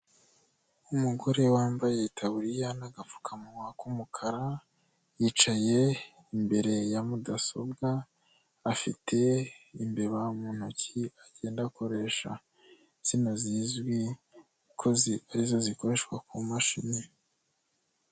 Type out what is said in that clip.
Umugore wambaye itaburiya n'agapfukamunwa k'umukara yicaye imbere ya mudasobwa afite imbeba mu ntoki agenda akoresha izina zizwi arizo zikoreshwa ku mashini.